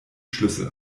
schlüssel